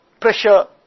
pressure